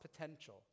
potential